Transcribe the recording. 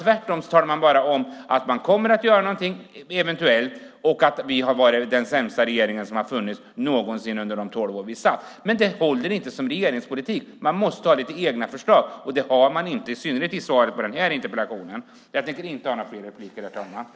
Tvärtom talar man bara om att man eventuellt kommer att göra någonting och att den socialdemokratiska regeringen under sina tolv år har varit den sämsta regeringen som någonsin har funnits. Men det håller inte som regeringspolitik. Man måste ha lite egna förslag, och det har man inte, i synnerhet inte när det gäller svaret på denna interpellation. Jag tänker inte göra några fler inlägg.